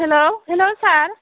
hello hello sir